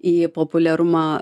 į populiarumą